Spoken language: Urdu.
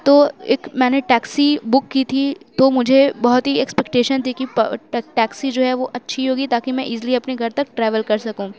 تو اِک میں نے ایک ٹیکسی بُک کی تھی تو مجھے بہت ہی ایکسپیکٹیشن تھی کہ ٹیکسی جو ہے وہ اچھی ہوگی تاکہ میں ایزلی اپنے گھر تک ٹریول کر سکوں